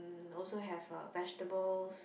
um also have uh vegetables